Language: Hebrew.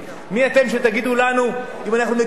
מי אתם שתגידו לנו אם אנחנו מקיימים את